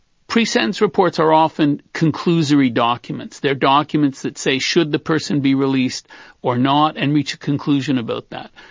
presentence reports are often conclusory documents, they are documents that say should the person be released or not and reach a conclusion about that.